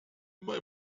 immer